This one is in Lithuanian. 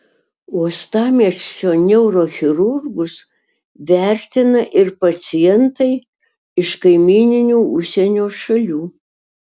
uostamiesčio neurochirurgus vertina ir pacientai iš kaimyninių užsienio šalių